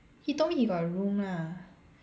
he told me he got a room lah